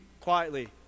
quietly